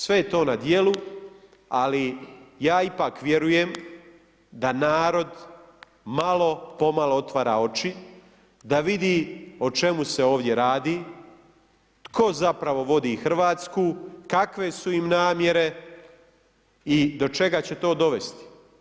Sve je to na djelu, ali ja ipak vjerujem da narod malo, pomalo otvara oči, da vidi o čemu se ovdje radi, tko zapravo vodi Hrvatsku, kakve su im namjere i do čega će to dovesti.